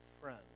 friend